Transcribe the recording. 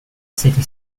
city